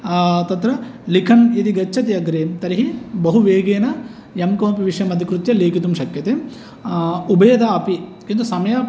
तत्र लिखन् यदि गच्छति अग्रे तर्हि बहुवेगेन यं कमपि विषयमधिकृत्य लेखितुं शक्यते उभयता अपि किन्तु समयः